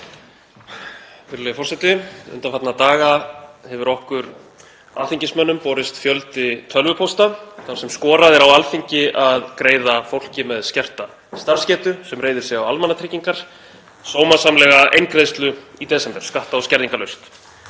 SPEECH_BEGIN Virðulegi forseti. Undanfarna daga hefur okkur alþingismönnum borist fjöldi tölvupósta þar sem skorað er á Alþingi að greiða fólki með skerta starfsgetu sem reiðir sig á almannatryggingar sómasamlega eingreiðslu í desember skatta- og skerðingarlaust.